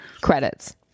credits